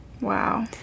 Wow